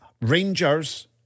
Rangers